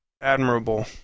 Admirable